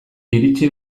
iritsi